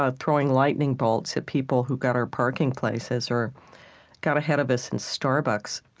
ah throwing lightning bolts at people who got our parking places or got ahead of us in starbucks